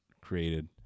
created